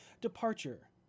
departure